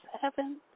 seven